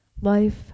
Life